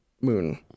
Moon